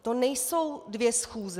To nejsou dvě schůze.